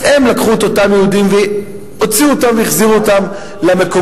אז הם לקחו את אותם יהודים והוציאו אותם והחזירו אותם למקומות,